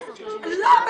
10:39.